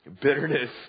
bitterness